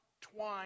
twine